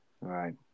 right